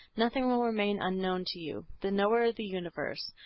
nothing will remain unknown to you, the knower of the universe.